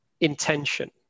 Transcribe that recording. intention